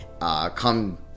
come